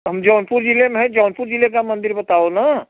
हम जौनपुर जिले में हैं जौनपुर जिले का मंदिर बताओ ना